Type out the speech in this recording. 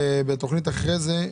בתוכנית אחרי זה,